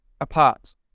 apart